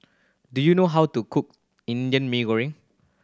do you know how to cook Indian Mee Goreng